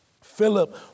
Philip